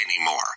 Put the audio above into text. anymore